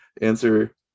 answer